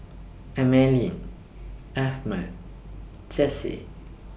Emaline Ahmed Jessy